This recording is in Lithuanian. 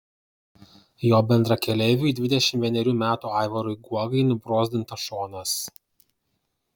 jo bendrakeleiviui dvidešimt vienerių metų aivarui guogai nubrozdintas šonas